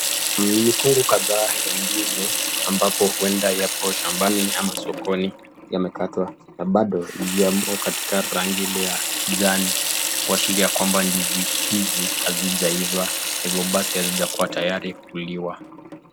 Ni mikungu kadhaa ya ndizi ambapo huenda yapo shambani ama sokoni yamekatwa na bado yamo katika rangi ile ya kijani, kuashiria kwamba ndizi hizi hazijaiva, hivyo basi haziko tayari kuliwa.